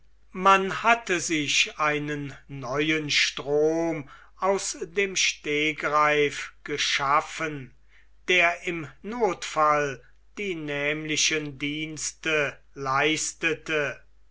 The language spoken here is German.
man hatte sich einen neuen strom aus dem stegreif geschaffen der im nothfall die nämlichen dienste leistete